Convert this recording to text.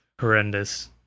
horrendous